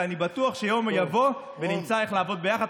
אני בטוח שיום יבוא ונמצא איך לעבוד יחד.